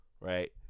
Right